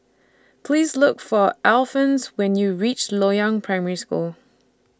Please Look For Alphons when YOU REACH Loyang Primary School